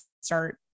start